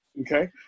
okay